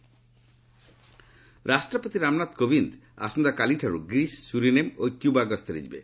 president visit ରାଷ୍ଟ୍ରପତି ରାମନାଥ କୋବିନ୍ଦ ଆସନ୍ତାକାଲିଠାରୁ Greece Suriname ଓ କ୍ୟୁବା ଗସ୍ତରେ ଯିବେ